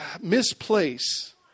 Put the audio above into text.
misplace